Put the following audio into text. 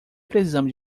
precisamos